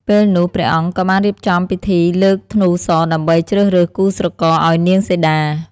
ពេលនោះ ព្រះអង្គក៏បានរៀបចំពិធីលើក ធ្នូស ដើម្បីជ្រើសរើសគូស្រករឱ្យនាងសីតា។